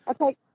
Okay